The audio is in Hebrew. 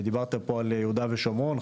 דיברתם פה על יהודה ושומרון,